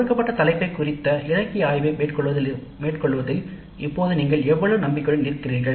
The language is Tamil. கொடுக்கப்பட்ட தலைப்பை குறித்த இலக்கிய ஆய்வை மேற்கொள்வதில் இப்போது நீங்கள் எவ்வளவு நம்பிக்கையுடன் இருக்கிறீர்கள்